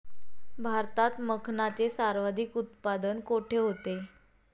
भारतात मखनाचे सर्वाधिक उत्पादन कोठे होते?